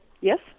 Yes